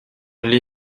l’ai